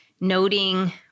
noting